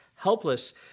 Helpless